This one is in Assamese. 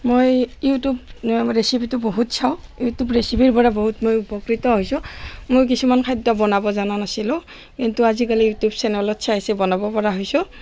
মই ইউটিউব ৰেচিপিটো বহুত চাওঁ ইউটিউব ৰেচিপিৰ পৰা বহুত মই উপকৃত হৈছোঁ মই কিছুমান খাদ্য বনাব জনা নাছিলোঁ কিন্তু আজিকালি ইউটিউব চেনেলত চাই চাই বনাব পৰা হৈছোঁ